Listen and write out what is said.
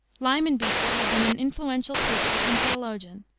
lyman beecher had been an influential preacher and theologian,